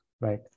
right